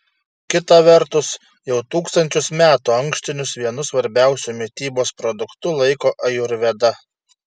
kita vertus jau tūkstančius metų ankštinius vienu svarbiausiu mitybos produktu laiko ajurveda